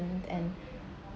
and